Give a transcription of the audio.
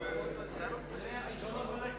אדוני היושב-ראש,